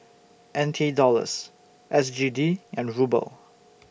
N T Dollars S G D and Ruble